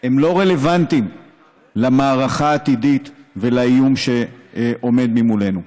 הם לא רלוונטיים למערכה העתידית ולאיום שעומד מולנו.